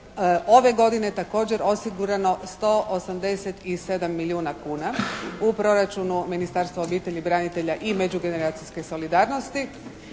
ove godine također osiguran o 187 milijuna kuna u proračunu Ministarstva obitelji, branitelja i međugeneracijske solidarnosti.